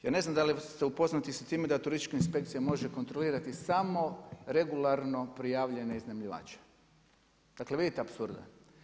Ja ne znam da li ste upoznati sa time da turistička inspekcija može kontrolirati samo regularno prijavljene iznajmljivače, dakle vidite apsurda.